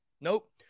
nope